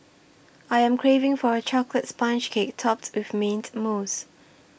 I am craving for a Chocolate Sponge Cake Topped with Mint Mousse